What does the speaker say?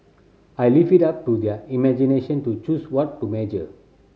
I'll leave it up to their imagination to choose what to measure